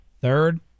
Third